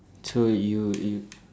so you you